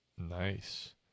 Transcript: Nice